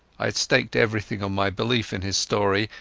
i had staked everything on my belief in his story,